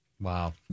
Wow